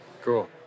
Cool